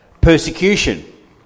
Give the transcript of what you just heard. persecution